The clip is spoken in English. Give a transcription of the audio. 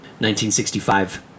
1965